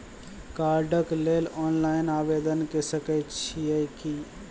कार्डक लेल ऑनलाइन आवेदन के सकै छियै की?